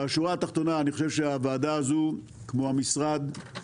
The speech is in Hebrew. בשורה התחתונה, אני חושב שהוועדה הזו, כמו המשרד,